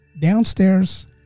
Downstairs